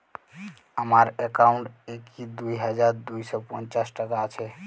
আমার অ্যাকাউন্ট এ কি দুই হাজার দুই শ পঞ্চাশ টাকা আছে?